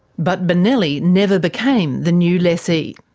but benelli never became the new lessee.